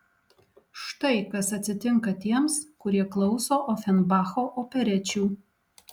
štai kas atsitinka tiems kurie klauso ofenbacho operečių